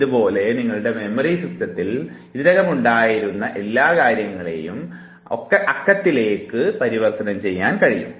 ഇതുപോലെ നിങ്ങളുടെ മെമ്മറി സിസ്റ്റത്തിൽ ഇതിനകം ഉണ്ടായിരുന്ന എല്ലാ കാര്യങ്ങളെയും അക്കത്തിലേക്ക് പരിവർത്തനം ചെയ്യാൻ കഴിയും